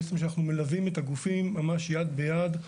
בעצם שאנחנו מלווים את הגופים ממש יד ביד,